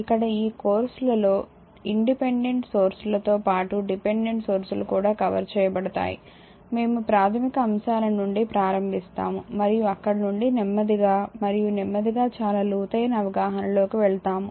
ఇక్కడ ఈ కోర్స్ లలో ఇండిపెండెంట్ సోర్స్ లతో పాటు డిపెండెంట్ సోర్సులు కూడా కవర్ చేయబడతాయి మేము ప్రాథమిక అంశాల నుండి ప్రారంభిస్తాము మరియు అక్కడ నుండి నెమ్మదిగా మరియు నెమ్మదిగా చాలా లోతైన అవగాహనలోకి వెళ్తాము